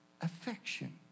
affection